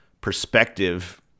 perspective